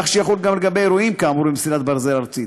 שיחול גם לגבי אירועים כאמור במסילת ברזל ארצית.